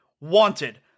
wanted